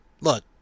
look